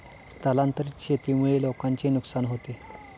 स्थलांतरित शेतीमुळे लोकांचे नुकसान होते